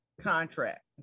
contract